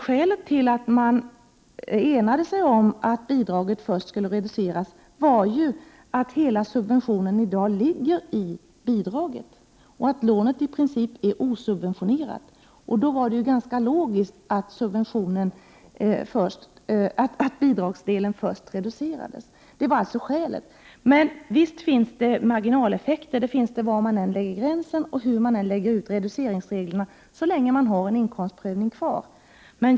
Skälet till att man enades om att bidraget först skulle reduceras är att hela subventionen ligger i bidraget och att lånet i princip inte är subventionerat. Därför var det ganska logiskt att bidragsdelen först skulle reduceras. Men visst finns det marginaleffekter. Sådana finns det var man än sätter gränsen och hur man än bestämmer reduceringsreglerna. Det gäller så länge inkomstprövningen är kvar.